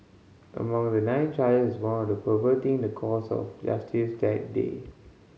among the nine charges is one of perverting the course of justice that day